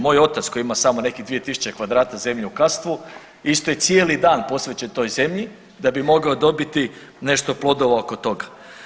Moj otac koji ima samo nekih 2000 kvadrata zemlje u Kastvu isto je cijeli dan posvećen toj zemlji da bi mogao dobiti nešto plodova oko toga.